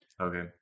Okay